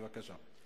בבקשה.